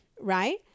right